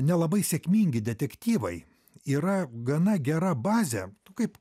nelabai sėkmingi detektyvai yra gana gera bazė kaip